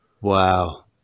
Wow